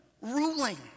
ruling